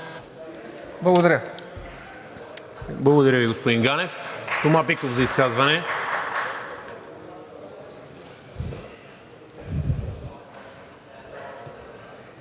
МИНЧЕВ: Благодаря Ви, господин Ганев. Тома Биков за изказване.